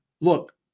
look